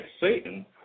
Satan